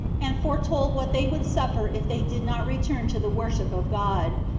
and foretold what they would suffer if they did not return to the worship of god,